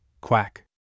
Quack